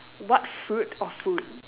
what food or food